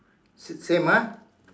same ah